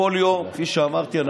כפי שאמרתי,